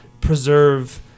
preserve